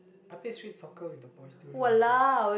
I played street soccer with the boys during recess